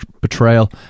betrayal